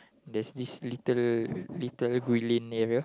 there's this little little Guilin area